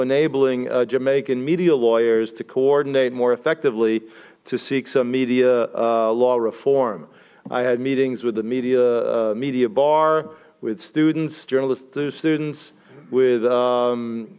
enabling jamaican media lawyers to coordinate more effectively to seek some media law reform i had meetings with the media media bar with students journalists to students with